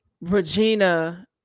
regina